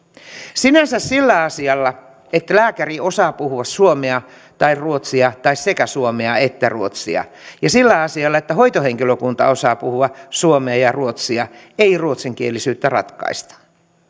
sinänsä sillä asialla että lääkäri osaa puhua suomea tai ruotsia tai sekä suomea että ruotsia ja sillä asialla että hoitohenkilökunta osaa puhua suomea ja ja ruotsia ei ruotsinkielisyyttä ratkaista